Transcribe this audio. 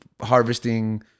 harvesting